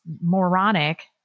moronic